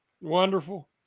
Wonderful